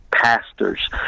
pastors